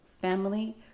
family